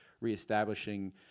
reestablishing